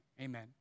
amen